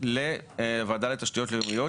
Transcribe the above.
לוועדה לתשתיות לאומיות,